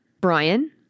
Brian